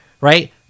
right